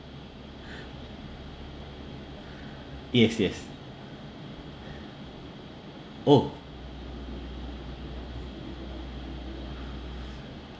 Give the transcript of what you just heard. yes yes oh